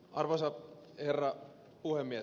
arvoisa herra puhemies